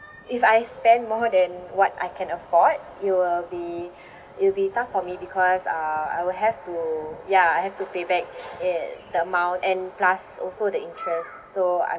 if I spend more than what I can afford it will be it'll be tough for me because uh I will have to ya I have to pay back in the amount and plus also the interest so I'm